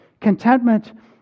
Contentment